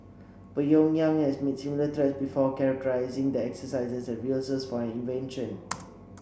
Pyongyang has made similar threats before characterising the exercises as rehearsals for an invasion